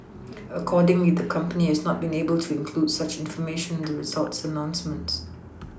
accordingly the company has not been able to include such information the results announcements